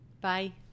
bye